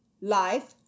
life